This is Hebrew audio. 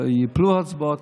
ייפלו הצבעות,